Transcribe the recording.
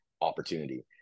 opportunity